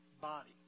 body